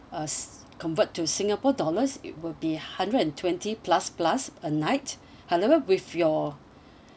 uh convert to singapore dollars it will be hundred and twenty plus plus a night however with your